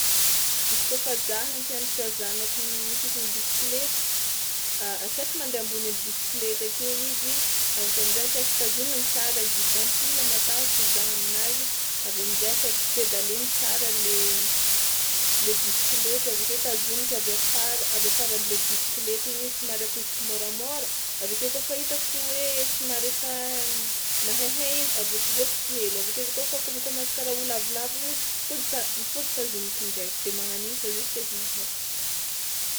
Izy kaofa za hampianatra zanako mitikina bisikileta, asaiko mandeha ambonin'ny bisikileta ake izy avy ake am'zay asaiko tazominy tsara guidon tsy mila matahotra hoy za aminazy, avy eo am'zay asaiko pedaleny tsara le le bisikileta avy akeo tazomiky avy afar- avy afaran'le bisikileta igny somary atosiko môramôra, avy ake kaofa hitako hoe somary efa mahaihay izy avôtsivôtsiko hely avy akeo kaofa kômakômansy karaha ho lavolavo igny izy mipody ta- mipody tazomiko indraiky de mana an'iny fao juska izy mahay.